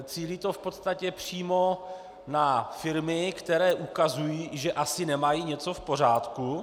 Cílí to v podstatě přímo na firmy, které ukazují, že asi nemají něco v pořádku.